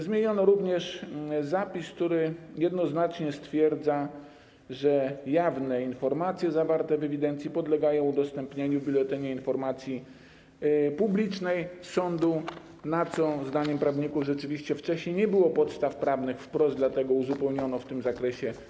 Zmieniono również zapis, który jednoznacznie stwierdza, że jawne informacje zawarte w ewidencji podlegają udostępnieniu w Biuletynie Informacji Publicznej sądu, w przypadku czego zdaniem prawników rzeczywiście wcześniej nie było podstaw prawnych wprost, dlatego uzupełniono projekt w tym zakresie.